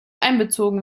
einbezogen